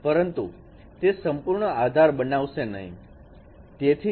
પરંતુ તે સંપૂર્ણ આધાર બનાવશે નહીં